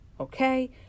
Okay